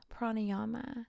pranayama